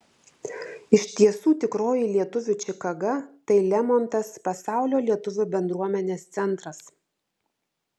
iš tiesų tikroji lietuvių čikaga tai lemontas pasaulio lietuvių bendruomenės centras